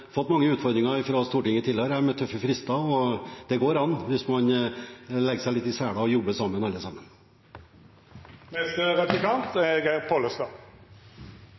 fått mange utfordringer fra Stortinget tidligere, med tøffe frister, og det går an, hvis alle sammen legger seg litt i selen og jobber sammen.